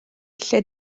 lle